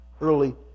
early